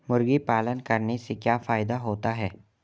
मुर्गी पालन करने से क्या फायदा होता है?